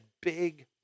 big